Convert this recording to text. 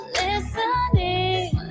listening